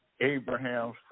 Abraham's